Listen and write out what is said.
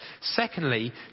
Secondly